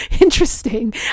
interesting